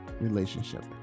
relationship